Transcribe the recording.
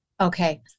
Okay